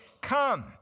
come